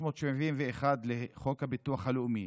בסעיף 371 לחוק הביטוח הלאומי,